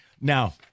Now